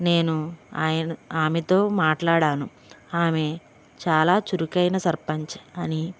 నేను ఆయన ఆమెతో మాట్లాడాను ఆమె చాలా చురుకైన సర్పంచ్ అని